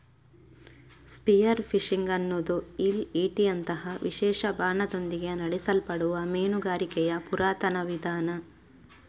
spear fishing ಅನ್ನುದು eel ಈಟಿಯಂತಹ ವಿಶೇಷ ಬಾಣದೊಂದಿಗೆ ನಡೆಸಲ್ಪಡುವ ಮೀನುಗಾರಿಕೆಯ ಪುರಾತನ ವಿಧಾನ